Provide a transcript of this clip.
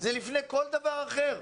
זה לפני כל דבר אחר.